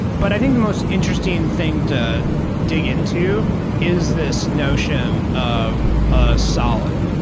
but i think the most interesting thing to dig into is this notion of ah solid,